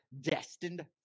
destined